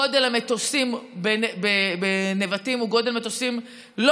גודל המטוסים בנבטים הוא גודל מטוסים לא